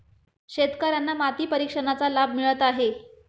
शेतकर्यांना माती परीक्षणाचा लाभ मिळत आहे